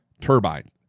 turbine